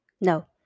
No